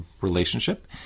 relationship